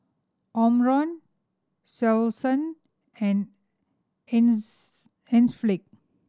Omron Selsun and Enzyplex